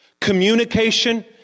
Communication